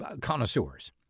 connoisseurs